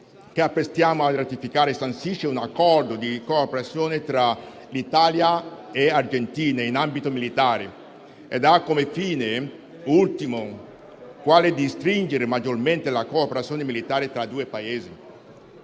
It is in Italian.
ci apprestiamo a ratificare sancisce un Accordo di cooperazione tra l'Italia e l'Argentina in ambito militare ed ha come fine ultimo quello di stringere la cooperazione militare tra i due Paesi.